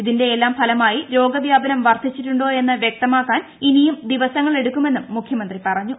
ഇതിന്റെയെല്ലാം ഫലമായി രോഗവ്യാപനം വർധിച്ചിട്ടുണ്ടോ എന്ന് വൃക്തമാകാൻ ഇനിയും ദിവസങ്ങളെടുക്കുമെന്നും മുഖ്യമന്ത്രി പ റഞ്ഞു